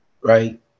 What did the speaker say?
Right